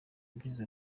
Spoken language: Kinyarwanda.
yagize